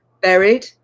buried